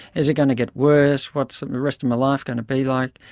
is it going to get worse, what's the rest of my life going to be like',